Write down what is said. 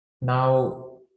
Now